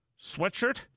Sweatshirt